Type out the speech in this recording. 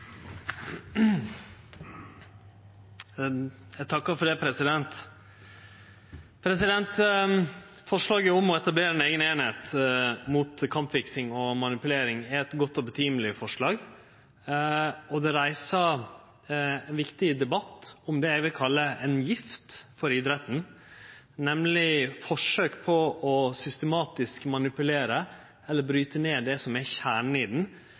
Forslaget om å etablere ei eiga eining mot kampfiksing og manipulering er eit godt og høveleg forslag, og det reiser ein viktig debatt om det eg vil kalle ei gift for idretten – forsøk på systematisk å manipulere eller bryte ned det som er kjernen i